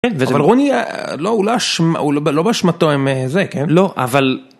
אבל רוני לא באשמתו הם זה, כן? -לא, אבל.